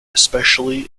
especially